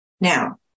Now